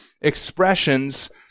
expressions